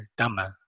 Dhamma